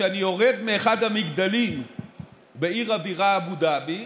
כשאני יורד מאחד המגדלים בעיר הבירה אבו דאבי,